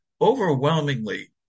Overwhelmingly